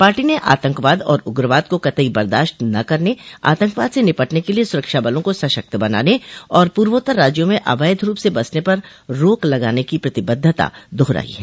party ने आतंकवाद और उग्रवाद को कतई बर्दाशत न करने आतंकवाद से निपटने के लिए सुरक्षा बलो को सशक्त बनाने और पूर्वोत्तर राज्यों में अवैध रूप से बसने पर रोक लगाने की प्रतिबद्धता दोहराई है